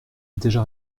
déjà